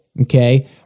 okay